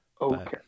Okay